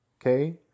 okay